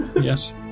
yes